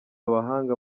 abahanga